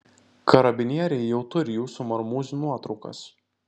karabinieriai jau turi jūsų marmūzių nuotraukas